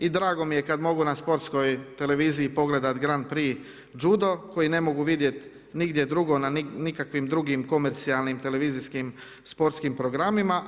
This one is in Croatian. I drago mi je kad mogu na Sportskoj televiziji pogledati Grant pri juddo, koje ne mogu vidjeti nigdje drugdje, na nikakvim drugim komercijalnim televizijskim sportskim programima.